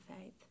faith